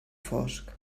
fosc